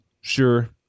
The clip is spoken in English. sure